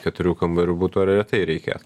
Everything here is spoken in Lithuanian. keturių kambarių buto retai reikės